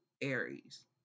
Aries